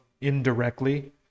indirectly